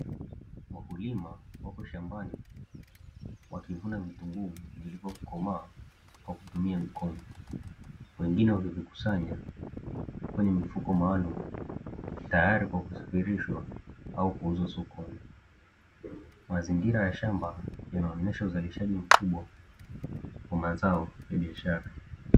Wakulima wapo shambani wakivuna vitunguu vilivyokomaa kwa kutumia mikono. Wengine wamevikusanya kwenye mifuko maalumu, tayari kwa kusafirishwa au kuuzwa sokoni. Mazingira ya shamba yanaonyesha uzalishaji mkubwa wa mazao ya biashara.